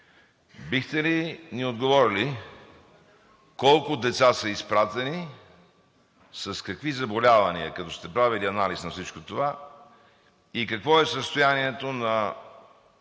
бихте ли ни отговорили: колко деца са изпратени, с какви заболявания – като сте правили анализ на всичко това, и какво е състоянието на